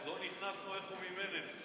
עוד לא נכנסנו לאיך הוא מימן את זה.